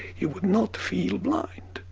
you would not feel blind.